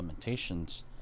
implementations